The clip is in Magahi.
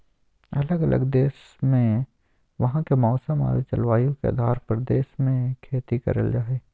अलग अलग देश मे वहां के मौसम आरो जलवायु के आधार पर देश मे खेती करल जा हय